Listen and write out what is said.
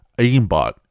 aimbot